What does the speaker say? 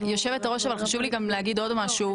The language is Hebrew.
יושבת הראש, חשוב לי להגיד עוד משהו.